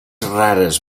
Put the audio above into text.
rares